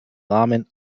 namen